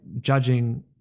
judging